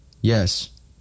Yes